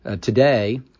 Today